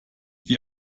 die